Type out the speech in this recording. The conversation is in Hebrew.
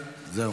ששש.